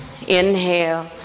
inhale